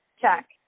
check